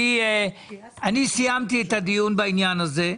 אני סיימתי את הדיון בעניין הזה.